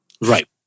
Right